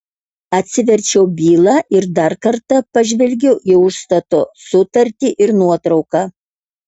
atsiverčiau bylą ir dar kartą pažvelgiau į užstato sutartį ir nuotrauką